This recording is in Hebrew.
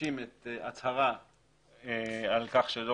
מגישים הצהרה על כך שכל